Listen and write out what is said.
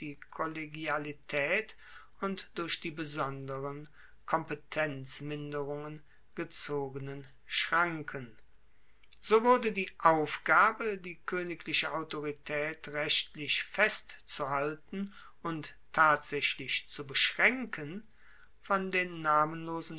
kollegialitaet und durch die besonderen kompetenzminderungen gezogenen schranken so wurde die aufgabe die koenigliche autoritaet rechtlich festzuhalten und tatsaechlich zu beschraenken von den namenlosen